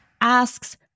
asks